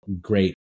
great